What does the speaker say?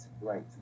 right